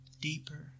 deeper